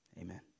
Amen